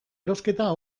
erosketa